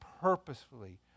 purposefully